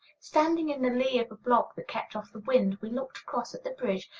standing in the lee of a block that kept off the wind, we looked across at the bridge,